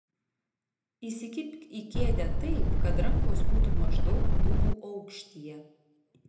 įsikibk į kėdę taip kad rankos būtų maždaug klubų aukštyje